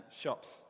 shops